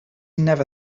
never